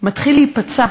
מתחיל להיפצע,